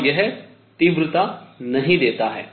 और यह तीव्रता नहीं देता है